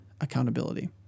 accountability